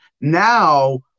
Now